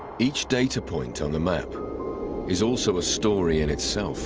each data point on the map is also a story in itself